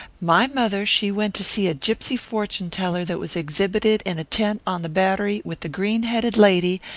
my mother she went to see a gypsy fortune-teller that was exhibited in a tent on the battery with the green-headed lady,